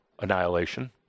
annihilation